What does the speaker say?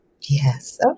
Yes